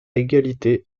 égalité